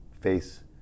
face